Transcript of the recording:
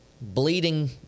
bleeding